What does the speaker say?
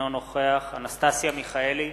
אינו נוכח אנסטסיה מיכאלי,